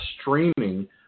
streaming